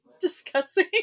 discussing